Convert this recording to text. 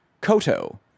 Koto